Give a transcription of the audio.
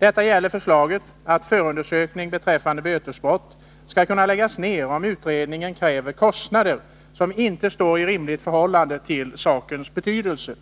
Detta gäller förslaget att förundersökning beträffande bötesbrott skall kunna läggas ner om utredningen kräver kostnader som inte står i rimligt förhållande till sakens betydelse.